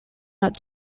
not